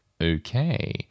Okay